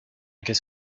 qu’est